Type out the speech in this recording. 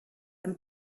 and